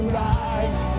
rise